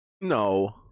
No